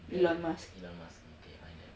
the elon musk okay fine then